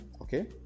okay